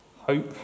hope